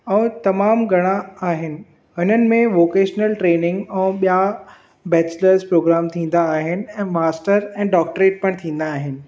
ऐं तमामु घणा आहिनि हिननि में वोकेशनल ट्रेनिंग ऐं ॿिया बैचलर्स प्रोग्राम थींदा आहिनि ऐं मास्टर्स ऐं डाक्टरेट पिणु थींदा आहिनि